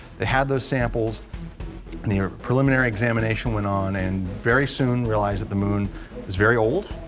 they had those samples and their preliminary examination went on and very soon realize that the moon is very old.